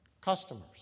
customers